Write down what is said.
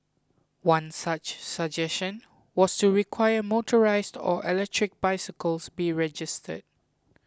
one such suggestion was to require motorised or electric bicycles be registered